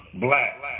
black